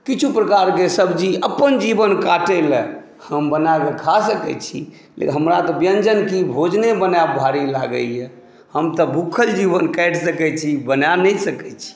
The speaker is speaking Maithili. किछु प्रकारके सब्जी अपन जीवन काटैलए हम बनाकऽ खा सकै छी लेकिन हमरा तऽ व्यञ्जन की भोजने बनाएब भारी लागैए हमतऽ भुखल जीवन काटि सकै छी बना नहि सकै छी